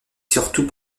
surtout